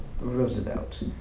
Roosevelt